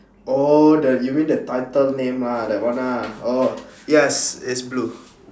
oh the you mean the title name ah that one ah yes it's blue